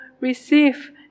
receive